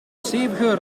stevige